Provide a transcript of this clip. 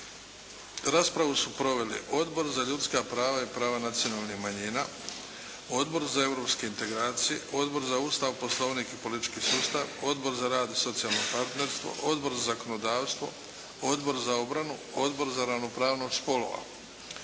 Raspravu su proveli Odbor za ljudska prava i prava nacionalnih manjina, Odbor za europske integracije, Odbor za Ustav, Poslovnik i politički sustav, Odbor za rad i socijalno partnerstvo, Odbor za zakonodavstvo, Odbor za obranu, Odbor za ravnopravnost spolova.